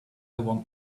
want